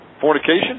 fornication